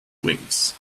wings